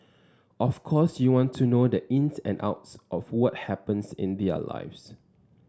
of course you want to know the ins and outs of what happens in their lives